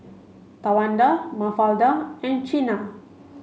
Tawanda Mafalda and Chyna